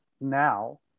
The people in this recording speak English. now